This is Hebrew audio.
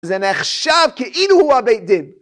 זה נחשב כאילו הוא הבית דין.